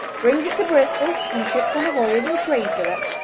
brings it to bristol and ships on a voyage and trades with it.